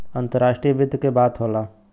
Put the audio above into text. अंतराष्ट्रीय वित्त के बात होला